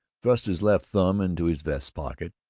thrust his left thumb into his vest pocket,